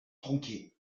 tronqué